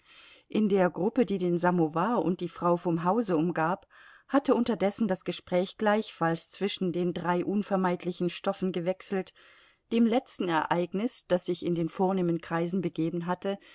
in der gruppe die den samowar und die frau vom hause umgab hatte unterdessen das gespräch gleichfalls zwischen den drei unvermeidlichen stoffen gewechselt dem letzten ereignis das sich in den vornehmen kreisen begeben hatte